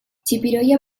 txipiroia